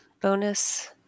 bonus